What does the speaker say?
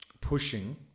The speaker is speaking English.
pushing